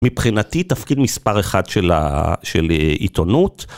מבחינתי תפקיד מספר אחד של עיתונות.